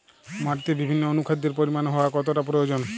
মাটিতে বিভিন্ন অনুখাদ্যের পরিমাণ কতটা হওয়া প্রয়োজন?